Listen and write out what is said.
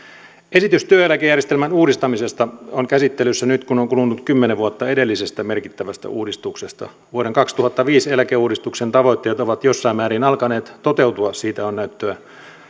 esitys työeläkejärjestelmän uudistamisesta on käsittelyssä nyt kun on kulunut kymmenen vuotta edellisestä merkittävästä uudistuksesta vuoden kaksituhattaviisi eläkeuudistuksen tavoitteet ovat jossain määrin alkaneet toteutua siitä on näyttöä